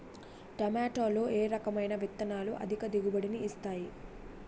టమాటాలో ఏ రకమైన విత్తనాలు అధిక దిగుబడిని ఇస్తాయి